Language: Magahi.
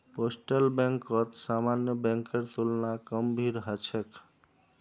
पोस्टल बैंकत सामान्य बैंकेर तुलना कम भीड़ ह छेक